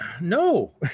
no